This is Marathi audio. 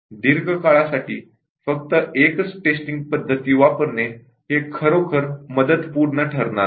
दीर्घ काळासाठी फक्त एकच टेस्टिंग टेक्निक् वापरणे हे खरोखर मदत पूर्ण ठरणार नाही